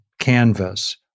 canvas